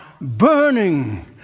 burning